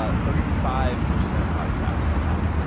ah thirty five percent body fat was my top.